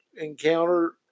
encounter